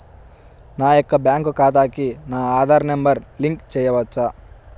నా యొక్క బ్యాంక్ ఖాతాకి నా ఆధార్ నంబర్ లింక్ చేయవచ్చా?